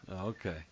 Okay